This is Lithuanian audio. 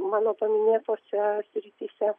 mano paminėtose srityse